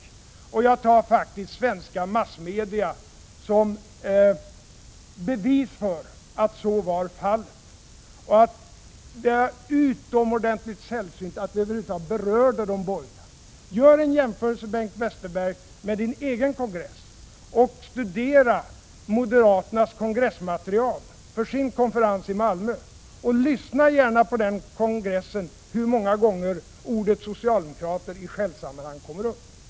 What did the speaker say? Jag tar svenska massmedia som bevis för att så var fallet. Det var utomordentligt sällsynt att vi över huvud taget berörde de borgerliga. Gör en jämförelse, Bengt Westerberg, med er egen kongress! Och studera moderaternas kongressmaterial för deras kongress i Malmö! Lyssna gärna på den kongressen och räkna efter hur många gånger ordet socialdemokrater i skällsammanhang kommer upp.